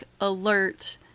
alert